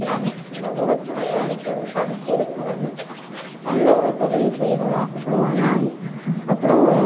எல்லாமே இந்த உரத்தை தயாரிக்கிறதுக்கு அதுக்கு ஒரு செலவு அந்த ஒரு தொழில் செய்யணும்னு ஆசைப்படுவாங்க அப்புறம்